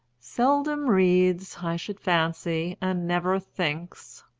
seldom reads, i should fancy, and never thinks!